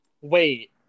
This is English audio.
Wait